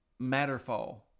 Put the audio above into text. Matterfall